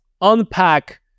unpack